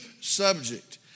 subject